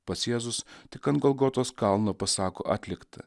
pats jėzus tik ant golgotos kalno pasako atlikta